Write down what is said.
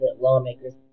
lawmakers